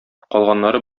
калганнары